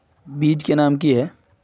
बीज के नाम की है?